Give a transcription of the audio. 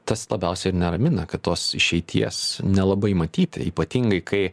tačiau labiausiai ir neramina kad tos išeities nelabai matyti ypatingai kai